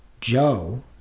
Joe